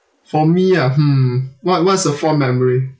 for me ah hmm what~ what's a fond memory